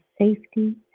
safety